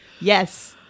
Yes